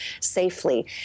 safely